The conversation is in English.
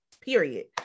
period